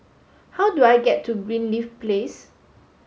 how do I get to Greenleaf Place